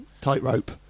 tightrope